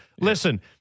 Listen